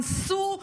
אנסו,